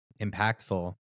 impactful